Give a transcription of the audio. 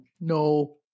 No